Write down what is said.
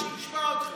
אבל אין שר שישמע אותך.